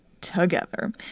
together